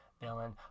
villain